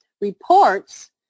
reports